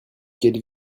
quelle